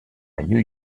new